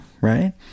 right